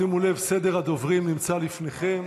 שימו לב, סדר הדוברים נמצא לפניכם.